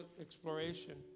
exploration